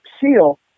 Seal